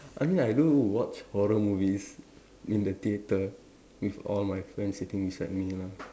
I mean I do watch horror movies in the theatre with all my friends sitting beside me lah